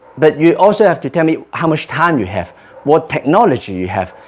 but you also have to tell me how much time you have what technology you have